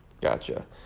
Gotcha